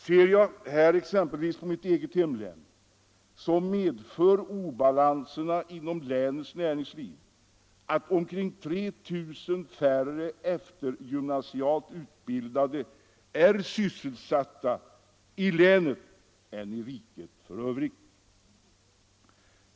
Ser jag här exempelvis på mitt eget hemlän finner jag att obalanserna inom länets näringsliv medför att omkring 3 000 färre eftergymnasialt utbildade är sysselsatta i länet än i riket för övrigt.